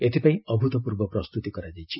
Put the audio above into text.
ଏଥିପାଇଁ ଅଭୂତ୍ପୂର୍ବ ପ୍ରସ୍ତୁତି କରାଯାଇଛି